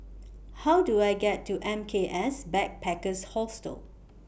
How Do I get to M K S Backpackers Hostel